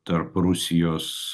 tarp rusijos